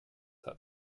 hat